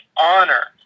honor